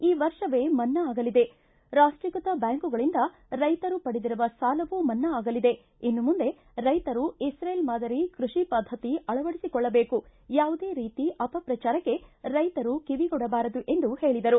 ಈ ವರ್ಷವೇ ಮನ್ನಾ ಆಗಲಿದೆ ರಾಷ್ಟೀಕೃತ ಬ್ಯಾಂಕುಗಳಿಂದ ರೈತರು ಪಡೆದಿರುವ ಸಾಲವೂ ಮನ್ನಾ ಆಗಲಿದೆ ಇನ್ನು ಮುಂದೆ ರೈತರು ಇಸ್ರೇಲ್ ಮಾದರಿ ಕೃಷಿ ಪದ್ಧತಿ ಅಳವಡಿಸಿಕೊಳ್ಳಬೇಕು ಯಾವುದೇ ರೀತಿ ಅಪಪ್ರಚಾರಕ್ಕೆ ರೈತರು ಕಿವಿಗೊಡಬಾರದು ಎಂದು ಹೇಳಿದರು